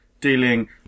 dealing